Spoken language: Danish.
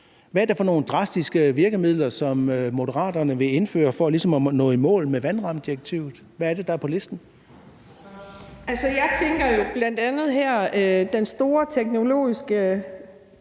Hvad er det for nogle drastiske virkemidler, som Moderaterne vil indføre for ligesom at nå i mål med vandrammedirektivet? Hvad er det, der er på listen? Kl. 14:30 Første næstformand (Leif